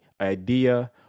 idea